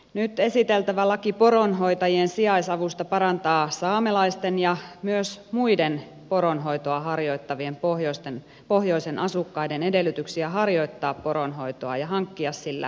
nyt esiteltävä laki poronhoitajien sijaisavusta parantaa saamelaisten ja myös muiden poronhoitoa harjoittavien pohjoisen asukkaiden edellytyksiä harjoittaa poronhoitoa ja hankkia sillä toimeentulonsa